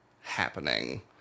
happening